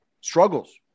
struggles